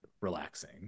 relaxing